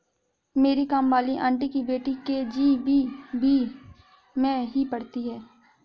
मेरी काम वाली आंटी की बेटी के.जी.बी.वी में ही पढ़ती है